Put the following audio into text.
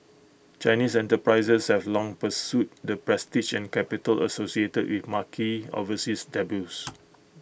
Chinese enterprises have long pursued the prestige and capital associated with marquee overseas debuts